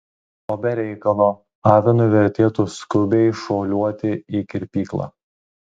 o be reikalo avinui vertėtų skubiai šuoliuoti į kirpyklą